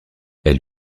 elle